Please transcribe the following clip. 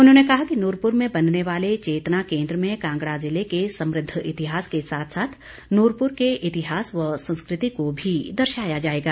उन्होंने कहा कि नूरपुर में बनने वाले चेतना केंद्र में कांगड़ा जिले के समृद्ध इतिहास के साथ साथ नूरपुर के इतिहास व संस्कृति को भी दर्शाया जाएगा